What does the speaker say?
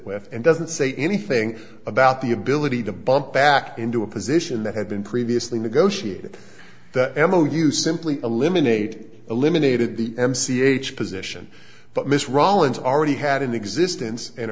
with and doesn't say anything about the ability to bump back into a position that had been previously negotiated m o you simply eliminate eliminated the m c h position but miss rollins already had an existence in